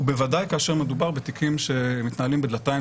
בוודאי כאשר מדובר בתיקים שמתנהלים בדלתיים